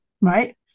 right